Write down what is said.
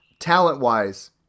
Talent-wise